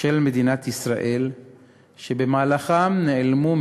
אף שיש רצון לעזור,